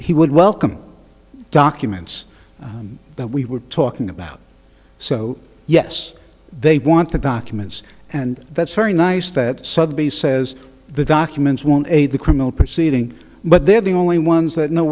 he would welcome documents that we were talking about so yes they want the documents and that's very nice that subhi says the documents won't aid the criminal proceeding but they're the only ones that know